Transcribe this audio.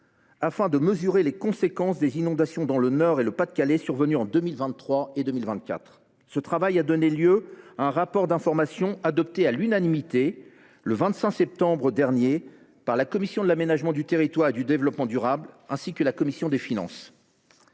afin de mesurer les conséquences des inondations survenues dans le Nord et le Pas de Calais en 2023 et 2024. Ce travail a donné lieu à un rapport d’information, adopté à l’unanimité le 25 septembre 2024 par la commission de l’aménagement du territoire et du développement durable et la commission des finances.